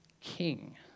king